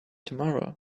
tomorrow